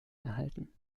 erhalten